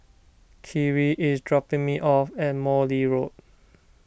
Khiry is dropping me off at Morley Road